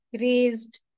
raised